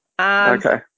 Okay